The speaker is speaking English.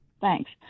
Thanks